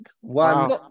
One